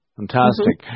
fantastic